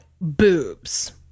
boobs